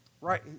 Right